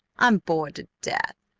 i'm bored to death.